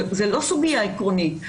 זאת לא סוגיה עקרונית,